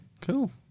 cool